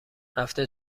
رفته